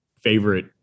favorite